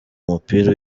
umupira